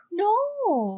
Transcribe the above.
no